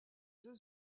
deux